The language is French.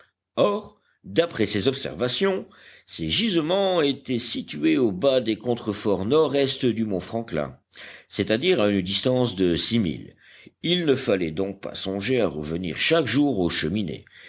or d'après ses observations ces gisements étaient situés au bas des contreforts nord-est du mont franklin c'est-à-dire à une distance de six milles il ne fallait donc pas songer à revenir chaque jour aux cheminées